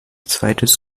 zweites